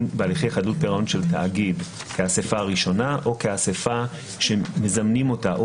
חדלות פירעון של תאגיד כאסיפה ראשונה או כאסיפה שמזמנים אותה או